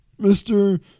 Mr